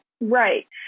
Right